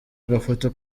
agafoto